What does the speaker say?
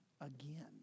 again